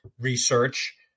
research